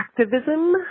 activism